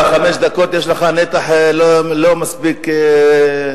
בחמש דקות יש לך נתח לא מספיק צנוע.